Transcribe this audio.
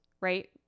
right